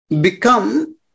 become